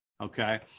okay